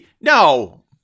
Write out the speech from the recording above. No